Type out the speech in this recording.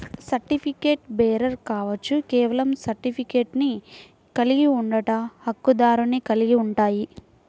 సర్టిఫికెట్లుబేరర్ కావచ్చు, కేవలం సెక్యూరిటీని కలిగి ఉండట, హక్కుదారుని కలిగి ఉంటాయి,